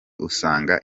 usanga